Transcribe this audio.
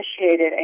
initiated